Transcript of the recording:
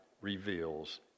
reveals